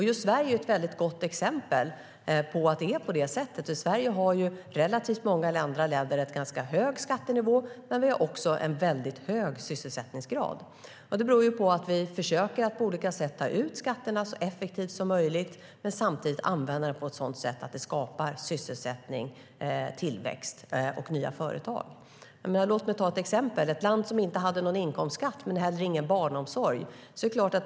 Just Sverige är ett gott exempel på att detta, för Sverige har relativt många andra länder en ganska hög skattenivå men också en hög sysselsättningsgrad. Det beror på att vi försöker att på olika sätt ta ut skatterna så effektivt som möjligt och samtidigt använda dem på ett sådant sätt att det skapar sysselsättning, tillväxt och nya företag. Låt mig ta ett exempel, nämligen ett land som inte har någon inkomstskatt men heller ingen barnomsorg.